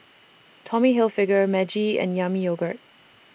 Tommy Hilfiger Meiji and Yami Yogurt